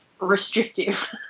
restrictive